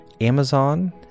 Amazon